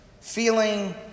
feeling